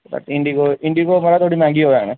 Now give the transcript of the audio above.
Indigo Indigo थोह्ड़ी मैहंगी ऐ